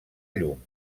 llum